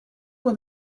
were